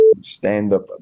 stand-up